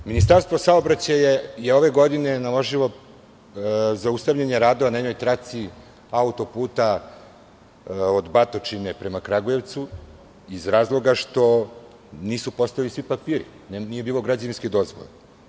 Ministarstvo saobraćaja je ove godine naložilo zaustavljanje radova na jednoj traci autoputa od Batočine prema Kragujevcu, iz razloga što nisu postojali svi papiri i nije bilo građevinske dozvole.